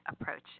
Approach